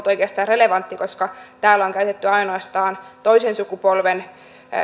oikeastaan relevantti koska täällä on käytetty ainoastaan toisen sukupolven